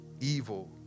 evil